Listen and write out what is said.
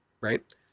right